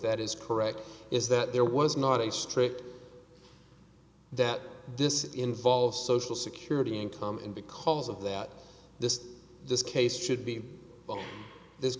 that is correct is that there was not a strict that this involves social security income in because of that this this case should be on this